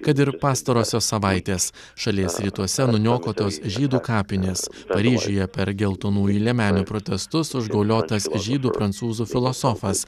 kad ir pastarosios savaitės šalies rytuose nuniokotos žydų kapinės paryžiuje per geltonųjų liemenių protestus užgauliotas žydų prancūzų filosofas